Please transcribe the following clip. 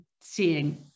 seeing